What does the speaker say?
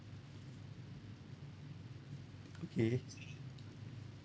okay